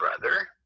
brother